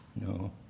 No